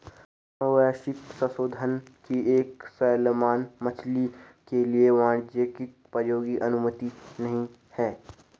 अनुवांशिक संशोधन की गई सैलमन मछली के लिए वाणिज्यिक प्रयोग की अनुमति नहीं है